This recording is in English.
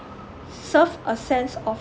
serve a sense of